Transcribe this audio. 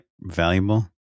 valuable